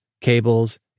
cables